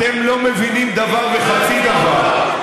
אתם לא מבינים דבר וחצי דבר.